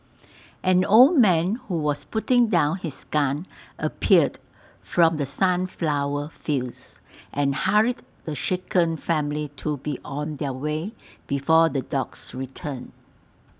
an old man who was putting down his gun appeared from the sunflower fields and hurried the shaken family to be on their way before the dogs return